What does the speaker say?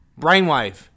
Brainwave